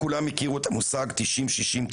כולם הכירו את המושג 90-60-90,